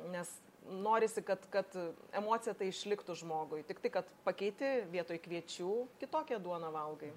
nes norisi kad kad emocija tą išliktų žmogui tik tai kad pakeiti vietoj kviečių kitokią duoną valgai